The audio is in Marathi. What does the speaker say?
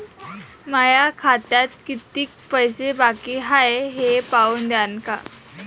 माया खात्यात कितीक पैसे बाकी हाय हे पाहून द्यान का?